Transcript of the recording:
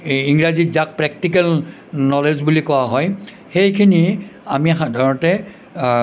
এই ইংৰাজীত যাক প্ৰেক্টিকেল নলেজ বুলি কোৱা হয় সেইখিনি আমি সাধাৰণতে